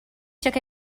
took